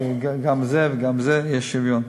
גם בזה וגם בזה יש שוויון.